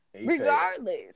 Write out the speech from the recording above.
Regardless